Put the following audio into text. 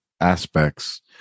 aspects